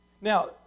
Now